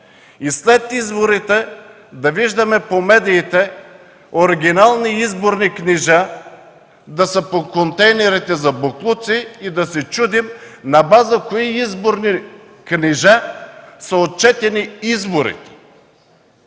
друга страна – виждаме по медиите, оригинални изборни книжа да са по контейнерите за боклуци и да се чудим на база на кои изборни книжа се отчетени изборите.